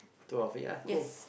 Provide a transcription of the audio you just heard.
two of it yeah cool